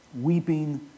weeping